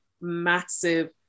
massive